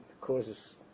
causes